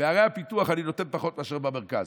בערי הפיתוח אני נותן פחות מאשר במרכז.